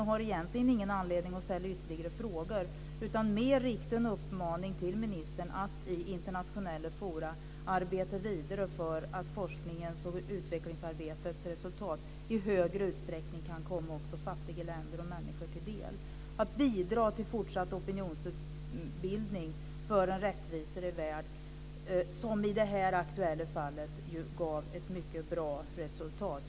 Jag har egentligen ingen anledning att ställa ytterligare frågor utan riktar mer en uppmaning till ministern om att i internationella forum arbeta vidare för att forskningens och utvecklingsarbetets resultat i större utsträckning kan komma också fattiga länder och människor till del samt om att bidra till fortsatt opinionsbildning för en rättvisare värld. I det här aktuella fallet gav ju det ett mycket bra resultat.